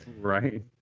right